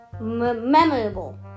Memorable